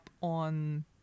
on